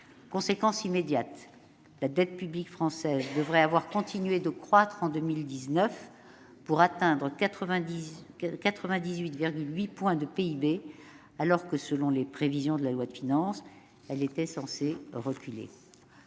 Conséquence immédiate : la dette publique française devrait avoir continué de croître en 2019, pour atteindre 98,8 points de PIB, alors que, selon les prévisions de la loi de finances, elle était censée reculer.